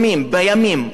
גורמים פוליטיים,